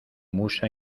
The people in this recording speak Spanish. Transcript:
musa